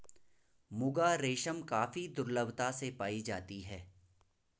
मुगा रेशम काफी दुर्लभता से पाई जाती है